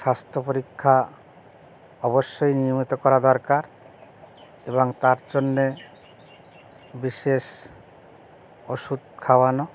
স্বাস্থ্য পরীক্ষা অবশ্যই নিয়মিত করা দরকার এবং তার জন্য বিশেষ ওষুধ খাওয়ানো